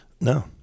No